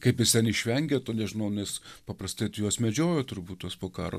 kaip jis ten išvengė to nežinau nes paprastai tai juos medžiojo turbūt tuos po karo